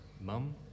mum